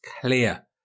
clear